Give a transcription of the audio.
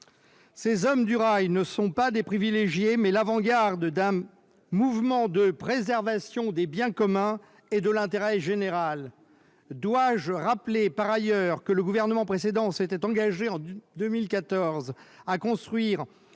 Ces hommes du rail ne sont pas des privilégiés, mais l'avant-garde d'un mouvement de préservation des biens communs et de l'intérêt général. Dois-je rappeler, par ailleurs, que le gouvernement précédent s'était engagé, en 2014, à construire